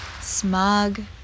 smug